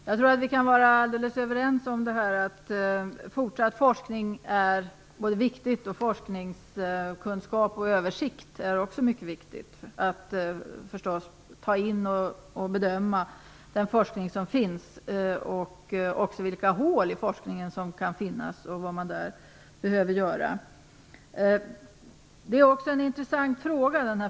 Herr talman! Vi kan vara alldeles överens om att det är viktigt med fortsatt forskning. Forskningskunskap och översikt är också mycket viktigt. Det gäller att bedöma den forskning som bedrivs och också se vilka hål som kan finnas i forskningen och vad som behöver göras.